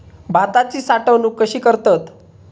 भाताची साठवूनक कशी करतत?